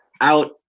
out